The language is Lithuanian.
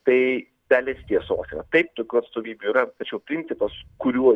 tai dalis tiesos yra taip tokių atstovybių yra tačiau principas kuriuo